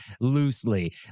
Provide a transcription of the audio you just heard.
loosely